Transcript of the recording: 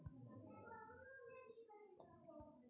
खरपतवार नासक मसीन केरो प्रयोग फसल रोपला सें पहिने करलो जाय छै